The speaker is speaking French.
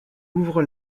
ouvre